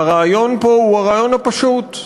והרעיון פה הוא הרעיון הפשוט.